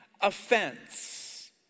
offense